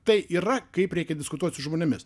tai yra kaip reikia diskutuot su žmonėmis